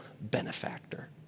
benefactor